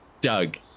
Doug